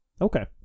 Okay